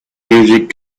music